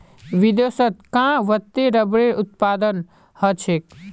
विदेशत कां वत्ते रबरेर उत्पादन ह छेक